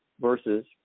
versus